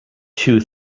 two